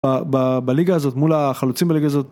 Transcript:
בליגה הזאת מול החלוצים בליגה הזאת